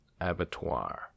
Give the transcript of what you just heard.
Abattoir